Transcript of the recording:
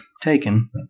taken